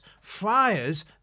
friars